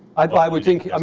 i but i would think. um